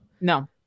no